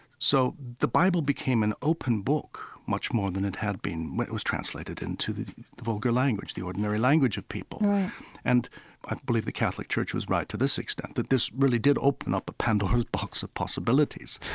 so the bible became an open book much more than it had been, when it was translated into the the vulgar language, the ordinary language of people right and i believe the catholic church was right to this extent, that this really did open up a pandora's box of possibilities.